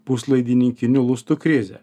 puslaidininkinių lustų krizė